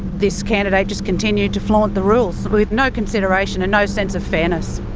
this candidate just continued to flaunt the rules with no consideration and no sense of fairness.